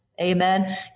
Amen